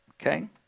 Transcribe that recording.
Okay